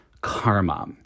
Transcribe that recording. karma